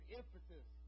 emphasis